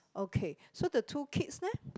okay so the two kids leh